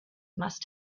must